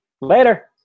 Later